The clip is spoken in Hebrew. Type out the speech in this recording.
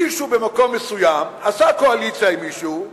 מישהו במקום מסוים עשה קואליציה עם מישהו,